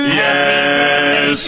yes